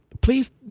please